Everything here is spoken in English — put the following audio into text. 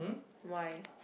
why